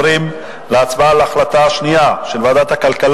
נתבקשתי על-ידי חברי שר המשפטים להשיב במקומו,